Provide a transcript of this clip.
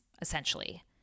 essentially